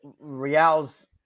Real's